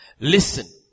Listen